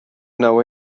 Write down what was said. know